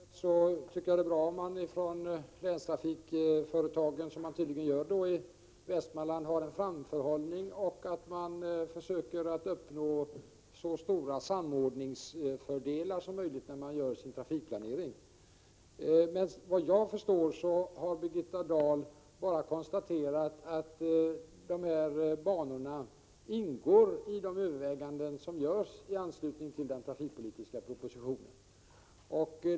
Herr talman! Som jag sade i svaret tycker jag att det är bra om man från länstrafikföretagen har en framförhållning, vilket man tydligen har i Västmanland, och att man försöker uppnå så stora samordningsfördelar som möjligt, när man gör sin trafikplanering. Såvitt jag förstår har Birgitta Dahl bara konstaterat att de här banorna ingår i de överväganden som görs i anslutning till den trafikpolitiska propositionen.